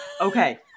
Okay